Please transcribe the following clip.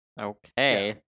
Okay